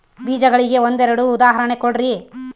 ಬೇಜಗಳಿಗೆ ಒಂದೆರಡು ಉದಾಹರಣೆ ಕೊಡ್ರಿ?